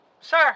Sir